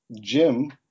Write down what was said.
Jim